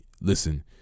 listen